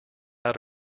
out